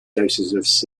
doses